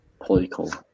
political